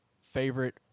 favorite